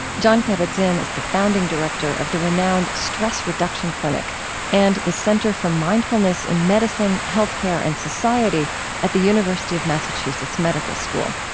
jon kabat-zinn is the founding director of the renowned stress reduction clinic and the center for mindfulness in medicine, health care, and society at the university of massachusetts medical school.